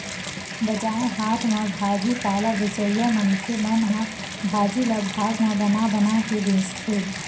बजार हाट म भाजी पाला बेचइया मनखे मन ह भाजी ल भाग म बना बना के बेचथे